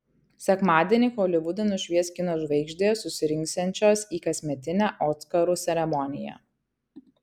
sekmadienį holivudą nušvies kino žvaigždės susirinksiančios į kasmetinę oskarų ceremoniją